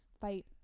fight